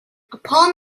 upon